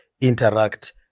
interact